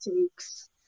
takes